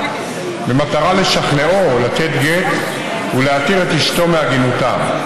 במטרה לשכנעו לתת גט ולהתיר את אשתו מעגינותה.